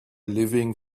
living